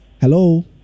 Hello